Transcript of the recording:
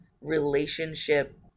relationship